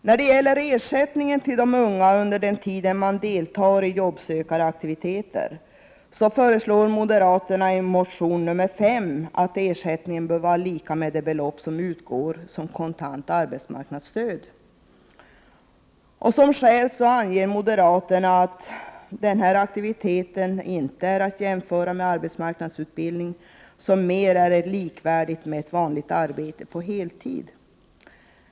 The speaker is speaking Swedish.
När det gäller ersättningen till de unga under den tid de deltar i aktiviteter för att söka arbete, föreslår moderaterna i reservation nr 5 att ersättningen bör vara lika med det belopp som utgår som kontant arbetsmarknadsstöd. Som skäl anger moderaterna att denna aktivitet inte är att jämföra med arbetsmarknadsutbildning, som är likvärdig med ett vanligt arbete på heltid.